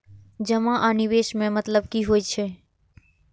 जमा आ निवेश में मतलब कि होई छै?